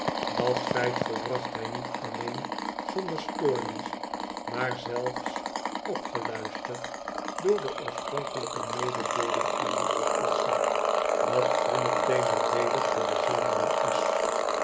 dat feit volbracht hij niet alleen zonder stoornis maar zelfe opgeluisterd door de oorspronkelijke mededeeling aan juffrouw podsnap dat groene thee nadeelig voor de zenuwen is